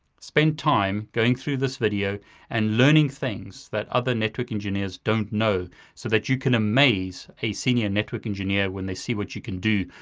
spend time going through this video and learning things that other network engineers don't know so that you can amaze a senior network engineer when they see what you can do,